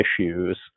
issues